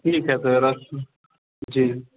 ठीक है सर रक्खू जी